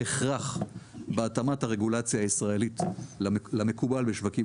הכרח בהתאמת הרגולציה הישראלית למקובל בשווקים